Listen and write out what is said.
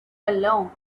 along